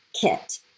kit